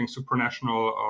supranational